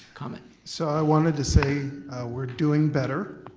comment. so i wanted to say we're doing better.